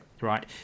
right